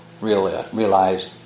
realized